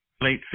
late